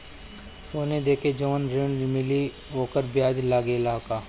सोना देके जवन ऋण मिली वोकर ब्याज लगेला का?